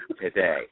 today